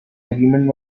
agreement